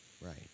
Right